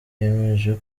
yemeje